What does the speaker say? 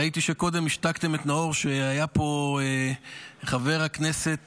ראיתי שקודם השתקתם את נאור כשהיה פה חבר הכנסת